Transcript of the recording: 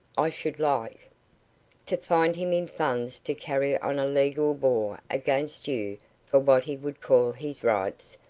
i should like to find him in funds to carry on a legal war against you for what he would call his rights.